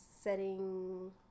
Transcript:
Setting